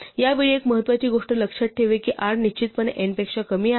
या वेळी एक महत्त्वाची गोष्ट लक्षात ठेवा की r निश्चितपणे n पेक्षा कमी आहे